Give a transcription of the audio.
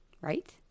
right